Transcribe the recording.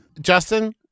Justin